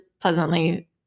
pleasantly